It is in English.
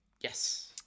Yes